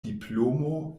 diplomo